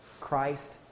Christ